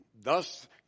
thus